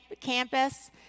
campus